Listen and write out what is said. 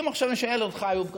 אם עכשיו אני שואל אותך: איוב קרא,